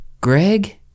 Greg